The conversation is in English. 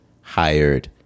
hired